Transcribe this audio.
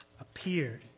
appeared